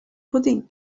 pudding